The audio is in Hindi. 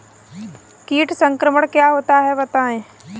कीट संक्रमण क्या होता है बताएँ?